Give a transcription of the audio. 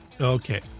Okay